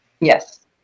Yes